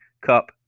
cup